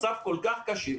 מצב כל כך קשה.